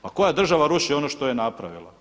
Pa koja država ruši ono što je napravila?